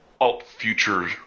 alt-future